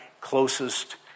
closest